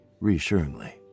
reassuringly